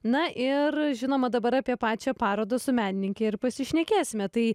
na ir žinoma dabar apie pačią parodą su menininke ir pasišnekėsime tai